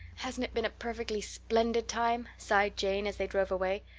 hasn't it been a perfectly splendid time? sighed jane, as they drove away.